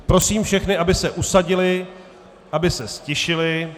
Prosím všechny, aby se usadili, aby se ztišili.